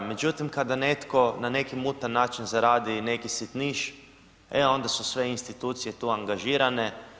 Međutim, kada netko na neki mutan način zaradi neki sitniš, e onda su sve institucije tu angažirane.